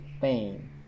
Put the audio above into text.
pain